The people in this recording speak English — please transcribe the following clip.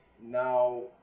now